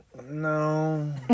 No